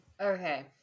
Okay